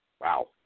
Wow